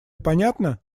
понятно